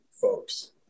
folks